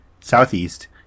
southeast